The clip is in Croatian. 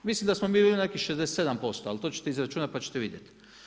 Mislim da smo mi bili na nekih 67%, ali to ćete izračunati pa ćete vidjeti.